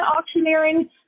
auctioneering